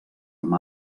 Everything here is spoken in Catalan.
amb